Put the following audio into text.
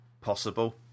Possible